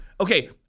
Okay